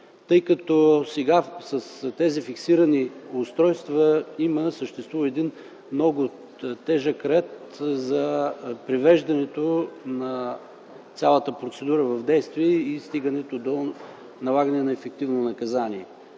водачи? Сега с тези фиксирани устройства съществува много тежък ред за привеждането на цялата процедура в действие и стигането до налагане на ефективно наказание,